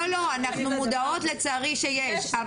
אנחנו מודעות לצערי שיש טרנספוביה,